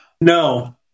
No